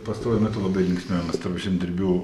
pastaruoju metu labai linksniuojamas tarp žemdirbių